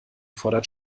fordert